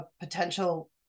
potential